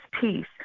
peace